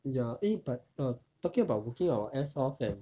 ya eh but err talking about working our ass off that